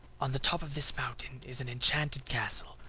on the top of this mountain is an enchanted castle,